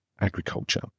agriculture